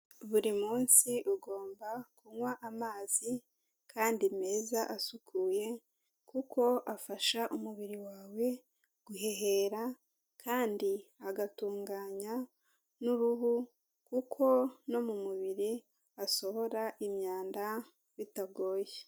Buri munsi ugomba kunywa amazi kandi meza asukuye kuko afasha umubiri wawe guhehera kandi agatunganya n'uruhu kuko no mu mubiri asohora imyanda bitagoye.